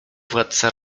władca